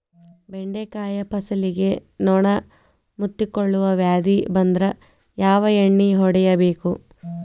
ಬೆಂಡೆಕಾಯ ಫಸಲಿಗೆ ನೊಣ ಮುತ್ತಿಕೊಳ್ಳುವ ವ್ಯಾಧಿ ಬಂದ್ರ ಯಾವ ಎಣ್ಣಿ ಹೊಡಿಯಬೇಕು?